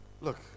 Look